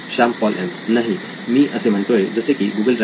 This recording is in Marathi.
श्याम पॉल एम नाही मी असे म्हणतोय जसे की गुगल ड्राईव्ह